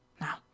Now